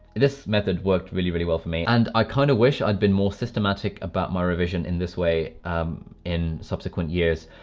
this method worked really really well for me and i kind of wish i'd been more systematic about my revision in this way in subsequent years,